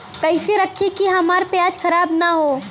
कइसे रखी कि हमार प्याज खराब न हो?